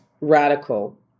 radical